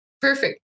Perfect